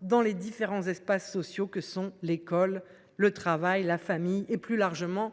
dans les différents espaces sociaux que sont l’école, le travail, la famille et, plus largement,